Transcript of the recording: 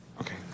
Okay